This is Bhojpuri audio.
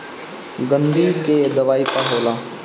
गंधी के दवाई का होला?